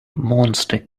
monster